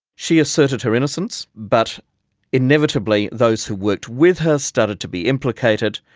she asserted her innocence, but inevitably those who worked with her started to be implicated,